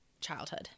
childhood